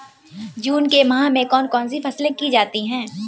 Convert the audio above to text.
जून के माह में कौन कौन सी फसलें की जाती हैं?